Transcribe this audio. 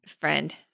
friend